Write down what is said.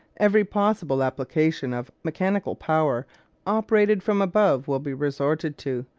every possible application of mechanical power operated from above will be resorted to,